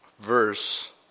verse